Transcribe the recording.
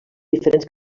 diferents